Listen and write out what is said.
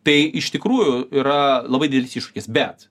tai iš tikrųjų yra labai didelis iššūkis bet